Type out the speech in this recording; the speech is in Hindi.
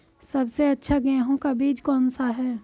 सबसे अच्छा गेहूँ का बीज कौन सा है?